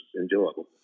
enjoyable